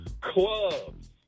clubs